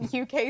uk